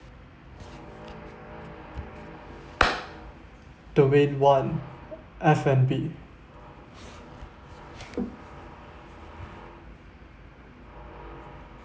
domain one F&B